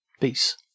Peace